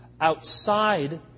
Outside